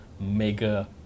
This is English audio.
mega